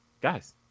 guys